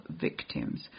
victims